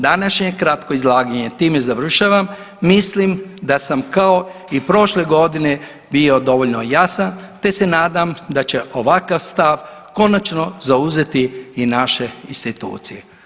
Današnje kratko izlaganje time završavam, mislim da sam kao i prošle godine bio dovoljno jasan te se nadam da će ovakav stav konačno zauzeti i naše institucije.